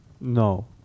No